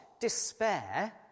despair